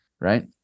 Right